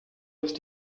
ist